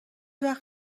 وقت